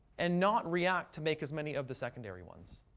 and not react to make as many of the secondary ones.